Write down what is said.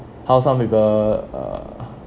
how some people uh